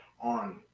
on